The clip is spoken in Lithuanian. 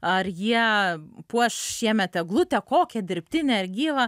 ar jie puoš šiemet eglutę kokią dirbtinę ar gyvą